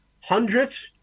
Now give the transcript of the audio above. hundreds